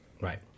Right